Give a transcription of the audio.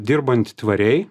dirbant tvariai